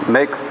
Make